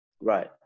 Right